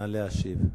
נא להשיב.